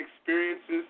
experiences